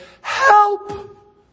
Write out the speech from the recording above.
Help